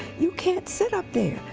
you can't sit up there.